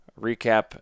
recap